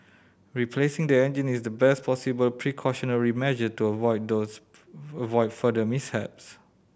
replacing the engine is the best possible precautionary measure to avoid those avoid further mishaps